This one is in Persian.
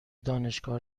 دانشگاه